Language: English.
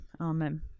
Amen